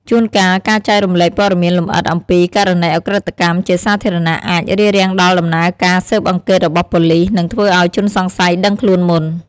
ជួនកាល ការចែករំលែកព័ត៌មានលម្អិត អំពី ករណីឧក្រិដ្ឋកម្ម ជាសាធារណៈ អាច រារាំងដល់ដំណើរការស៊ើបអង្កេតរបស់ប៉ូលិស និងធ្វើឱ្យ ជនសង្ស័យដឹងខ្លួនមុន។